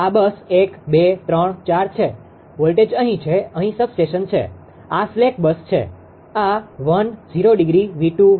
આ bus 1 bus 2 bus 3 bus 4 છે voltage અહી છે અહીં સબસ્ટેશન છે આ સ્લેક બસ છે આ 1∠0° 𝑉2 𝑉3 𝑉4 છે